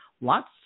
lots